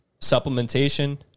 supplementation